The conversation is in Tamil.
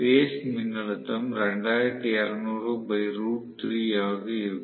பேஸ் மின்னழுத்தம் ஆக இருக்கும்